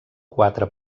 quatre